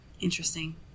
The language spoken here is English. interesting